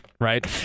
right